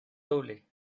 doble